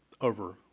over